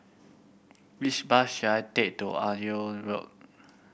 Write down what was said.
which bus should I take to Aljunied Road